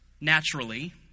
naturally